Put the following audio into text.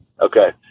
Okay